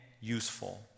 useful